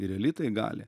ir elitai gali